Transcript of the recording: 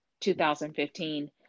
2015